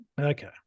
Okay